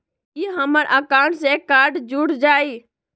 ई हमर अकाउंट से कार्ड जुर जाई?